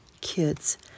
Kids